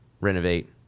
renovate